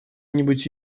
нибудь